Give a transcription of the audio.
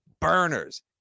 burners